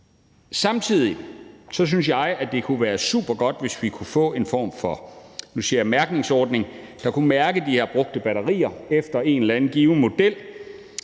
Samtidig synes jeg, det kunne være supergodt, hvis vi kunne få en form for mærkningsordning, der kunne mærke de her brugte batterier efter en eller anden given model,